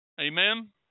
Amen